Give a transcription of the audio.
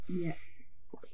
Yes